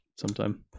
sometime